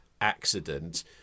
Accident